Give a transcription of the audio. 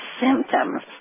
symptoms